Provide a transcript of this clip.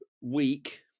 week